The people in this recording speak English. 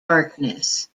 darkness